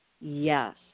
yes